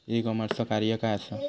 E कॉमर्सचा कार्य काय असा?